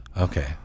Okay